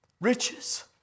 riches